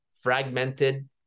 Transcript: fragmented